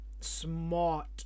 smart